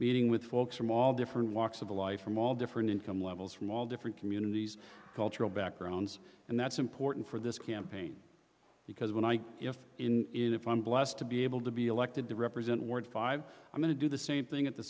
meeting with folks from all different walks of life from all different income levels from all different communities cultural backgrounds and that's important for this campaign because when i if in it if i'm blessed to be able to be elected to represent ward five i'm going to do the same thing at the